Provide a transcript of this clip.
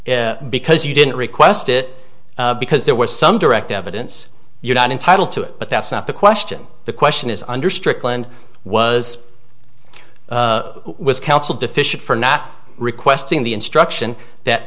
sense because you didn't request it because there were some direct evidence you're not entitled to it but that's not the question the question is under strickland was was counsel deficient for not requesting the instruction that